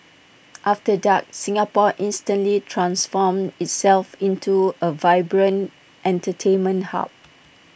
after dark Singapore instantly transforms itself into A vibrant entertainment hub